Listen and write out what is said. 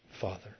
Father